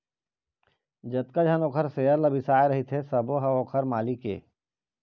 जतका झन ओखर सेयर ल बिसाए रहिथे सबो ह ओखर मालिक ये